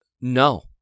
No